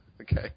Okay